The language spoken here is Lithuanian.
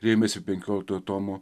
rėmėsi penkioliktojo tomo